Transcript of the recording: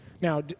now